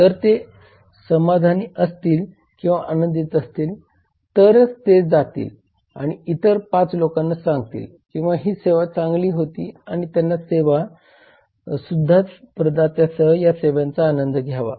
जर ते समाधानी असतील किंवा आनंदित असतील तरच ते जातील आणि इतर 5 लोकांना सांगतील की ही सेवा चांगली होती आणि त्यांनी सुद्धा सेवा प्रदात्यासह या सेवेचा आनंद घ्यावा